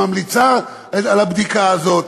שממליצה על הבדיקה הזאת.